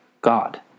God